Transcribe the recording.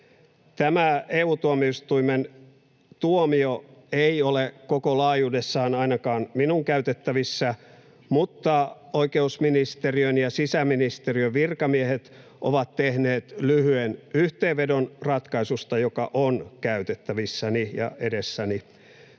Tämä EU-tuomioistuimen tuomio ei ole koko laajuudessaan ainakaan minun käytettävissäni, mutta oikeusministeriön ja sisäministeriön virkamiehet ovat tehneet lyhyen yhteenvedon ratkaisusta, joka on käytettävissäni ja edessäni.